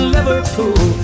Liverpool